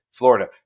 florida